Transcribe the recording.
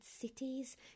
cities